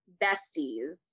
Besties